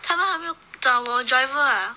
他们还没有找我 driver ah